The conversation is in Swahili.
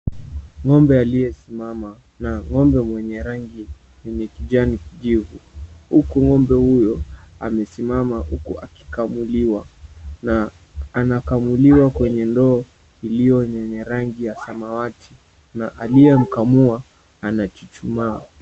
Ng'ombe aliyesimama na ng'ombe mwenye rangi yenye kijani kijivu huku ng'ombe huyo amesimama huku akikamuliwa na anakamuliwa kwenye ndoo iliyenye rangi ya samawati na aliyemkamua anachuchumaa.